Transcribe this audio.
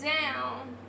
down